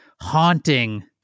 haunting